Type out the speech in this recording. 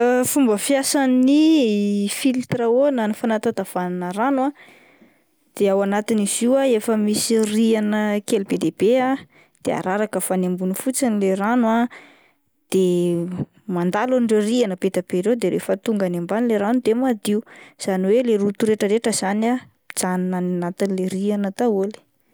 Fomba fiasan'ny filtre à eau na ny fanatatavanana rano de ao anatin'izy io ah efa misy rihana kely be dia be ah, de araraka avy any ambony fotsiny ilay rano ah de mandalo an'ireo rihana be dia be ireo de rehefa tonga any ambany ilay rano dia madio izany hoe ilay loto retraretra izany ah mijanona any anatin'ilay rihana daholo.